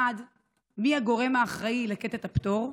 1. מי הגורם האחראי לתת את הפטור?